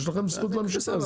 יש לכם זכות --- בסדר,